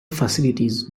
facilities